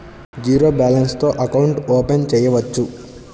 Zero balance తో account open చేయవచ్చు?